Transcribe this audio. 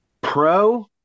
Pro